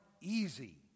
easy